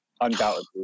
undoubtedly